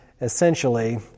essentially